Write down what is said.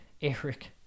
eric